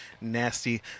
nasty